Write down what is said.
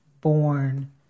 born